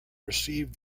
received